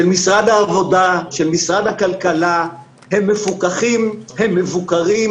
ובסדר, הם ממלאים